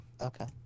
Okay